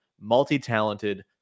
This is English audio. multi-talented